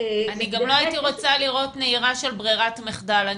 גם לא הייתי רוצה לראות נהירה של ברירת מחדל.